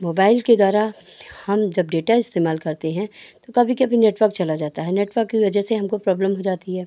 mobile के द्वारा हम जब डेटा इस्तेमाल करते हैं तो कभी कभी नेटवर्क चला जाता है नेटवर्क की वज़ह से हमको प्रॉब्लम हो जाती है